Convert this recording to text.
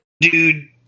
Dude